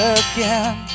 again